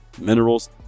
minerals